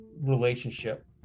relationship